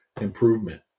improvement